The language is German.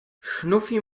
schnuffi